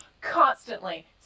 constantly